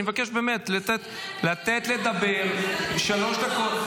ואני מבקש -- כאילו זה עניין ביני לבינו ---- לתת לדבר שלוש דקות.